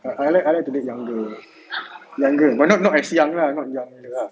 I like I like to date younger younger but not not as young lah not younger ah